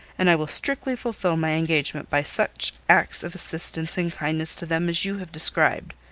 and i will strictly fulfil my engagement by such acts of assistance and kindness to them as you have described.